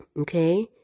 okay